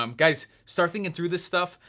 um guys, start thinking through this stuff,